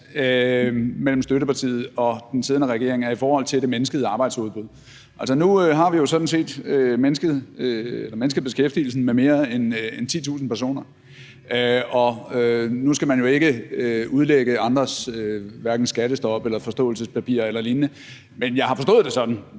mellem støttepartiet og den siddende regering, er i forhold til det mindskede arbejdsudbud. Nu har vi jo sådan set mindsket beskæftigelsen med mere end 10.000 personer, og nu skal man jo hverken udlægge andres skattestop eller forståelsespapir eller lignende, men jeg har forstået det sådan,